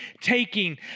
taking